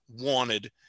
wanted